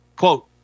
Quote